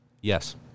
Yes